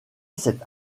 cette